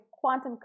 quantum